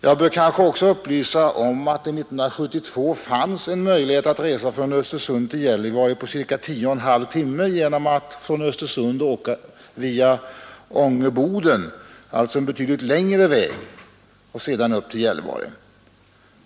Jag bör kanske också upplysa om att det 1972 finns möjlighet att resa från Östersund till Gällivare på ca 10 1/2 timmar genom att åka via Boden, alltså en betydligt längre väg.